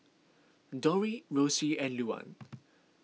Dori Rossie and Luann